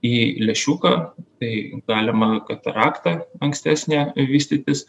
į lęšiuką tai galima katarakta ankstesnė vystytis